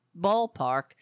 ballpark